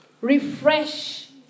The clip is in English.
refresh